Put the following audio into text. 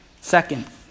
Second